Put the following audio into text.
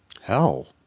Hell